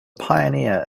pioneer